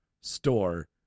store